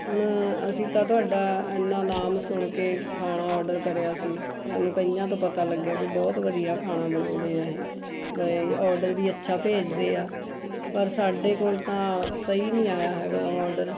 ਹੁਣ ਅਸੀਂ ਤਾਂ ਤੁਹਾਡਾ ਇੰਨਾ ਨਾਮ ਸੁਣ ਕੇ ਖਾਣਾ ਔਡਰ ਕਰਿਆ ਸੀ ਸਾਨੂੰ ਕਈਆਂ ਤੋਂ ਪਤਾ ਲੱਗਿਆ ਕਿ ਬਹੁਤ ਵਧੀਆ ਖਾਣਾ ਬਣਾਉਂਦੇ ਆ ਇਹ ਬਈ ਔਡਰ ਵੀ ਅੱਛਾ ਭੇਜਦੇ ਆ ਪਰ ਸਾਡੇ ਕੋਲ ਤਾਂ ਸਹੀ ਨਹੀਂ ਆਇਆ ਹੈਗਾ ਔਡਰ